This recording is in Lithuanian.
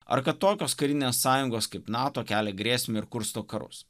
ar kad tokios karinės sąjungos kaip nato kelia grėsmę ir kursto karus